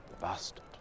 bastard